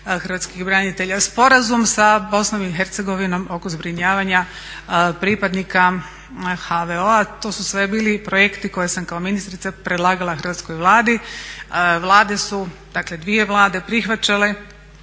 hrvatskih branitelja, sporazum sa BiH oko zbrinjavanja pripadnika HVO-a. To su sve bili projekti koje sam kao ministrica predlagala Hrvatskoj vladi. Vlade su, dakle dvije vlade, prihvaćale